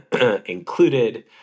included